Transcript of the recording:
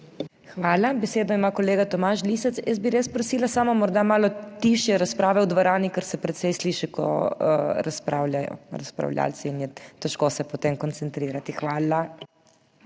Hvala. Besedo ima kolega Tomaž Lisec. Jaz bi res prosila samo morda malo tišje razprave v dvorani, ker se precej sliši, ko razpravljajo razpravljavci, in je težko se potem koncentrirati. Hvala.